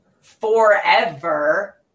forever